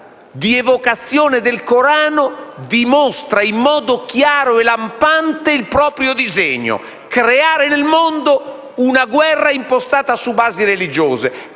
di evocazione del Corano, dimostra in modo chiaro e lampante il proprio disegno: creare nel mondo una guerra impostata su basi religiose.